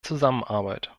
zusammenarbeit